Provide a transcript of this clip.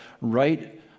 right